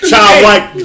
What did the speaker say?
Childlike